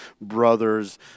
brothers